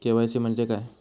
KYC म्हणजे काय?